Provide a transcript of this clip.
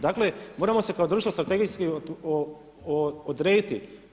Dakle, moramo se kao društvo strategijski odrediti.